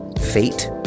fate